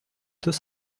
deux